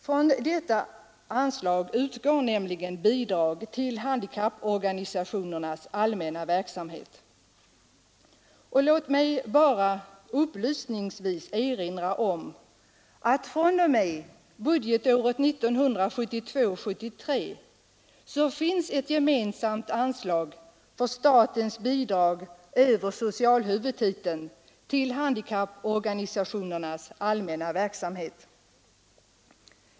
Från detta anslag utgår nämligen bidrag till handikapporganisationernas allmänna verksamhet. Låt mig bara upplysningsvis erinra om att fr.o.m. budgetåret 1972/73 finns ett gemensamt anslag för statens bidrag över socialhuvudtiteln till handikapporganisationernas allmänna verksamhet.